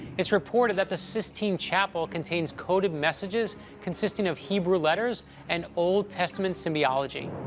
it's reported that the sistine chapel contains coded messages consisting of hebrew letters and old testament symbology.